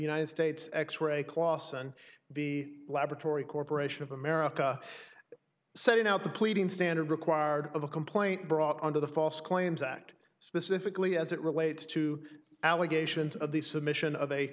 united states x ray clawson v laboratory corporation of america setting out the pleading standard required of a complaint brought under the false claims act specifically as it relates to allegations of the submission of a